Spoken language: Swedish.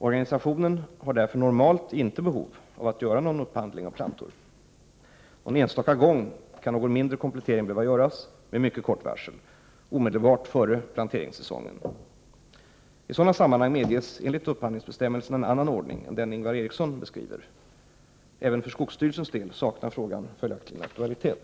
Organisationen har därför normalt inte behov av att göra någon upphandling av plantor. Någon enstaka gång kan någon mindre komplettering behöva göras, med mycket kort varsel, omedelbart före planteringssäsongen. I sådana sammanhang medges enligt upphandlingsbestämmelserna en annan ordning än den Ingvar Eriksson beskriver. Även för skogsstyrelsens del saknar frågan följaktligen aktualitet.